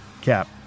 cap